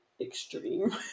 extreme